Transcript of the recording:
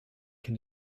can